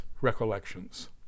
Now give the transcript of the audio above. Recollections